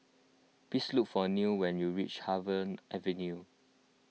please look for Nile when you reach Harvey Avenue